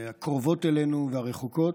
הקרובות אלינו והרחוקות.